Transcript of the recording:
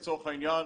לצורך העניין,